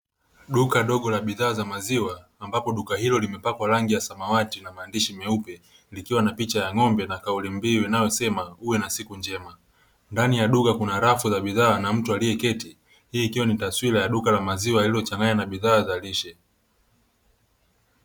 Duka dogo la bidhaa za maziwa ambapo duka hilo limepakwa rangi ya samawati na maandishi meupe, likiwa na picha ya ng’ombe na kauli mbiu inayosema “uwe na siku njema.” Ndani ya duka kuna rafu za bidhaa na mtu aliyeketi, hii ikiwa ni taswira ya duka la maziwa lililochanganywa na bidhaa za lishe.